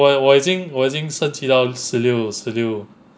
我我已经我已经升级到十六十六